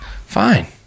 Fine